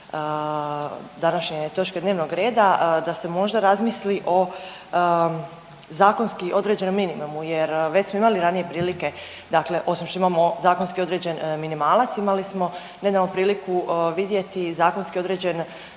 da se možda razmisli o zakonski određenom minimumu, jer već smo imali ranije prilike, dakle osim što imamo zakonski određen minimalac imali smo nedavno priliku vidjeti zakonski određenu